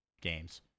games